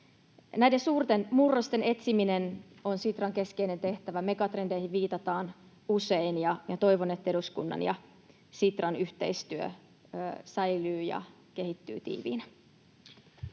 Näiden suurten murrosten etsiminen on Sitran keskeinen tehtävä. Megatrendeihin viitataan usein, ja toivon, että eduskunnan ja Sitran yhteistyö säilyy ja kehittyy tiiviinä.